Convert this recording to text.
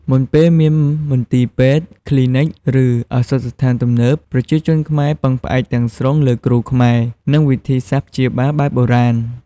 មុនពេលមានមន្ទីរពេទ្យ គ្លីនិក ឬឱសថស្ថានទំនើប ប្រជាជនខ្មែរពឹងផ្អែកទាំងស្រុងលើគ្រូខ្មែរ និងវិធីសាស្ត្រព្យាបាលបែបបុរាណ។